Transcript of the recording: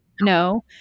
No